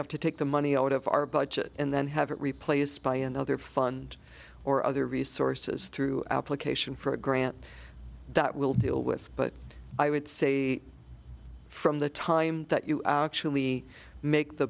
have to take the money out of our budget and then have it replaced by another fund or other resources through application for a grant that we'll deal with but i would say from the time that you actually make the